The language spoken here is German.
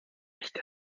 nicht